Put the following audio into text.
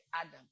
Adam